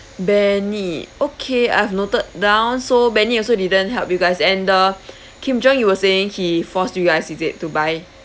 benny okay I've noted down so benny also didn't help you guys and the Kim Jong you were saying he forced you guys is it to buy